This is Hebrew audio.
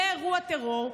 יהיה אירוע טרור,